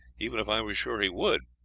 even if i were sure he would,